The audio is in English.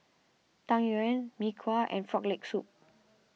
Tang Yuen Mee Kuah and Frog Leg Soup